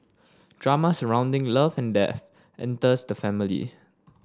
drama surrounding love and death enters the family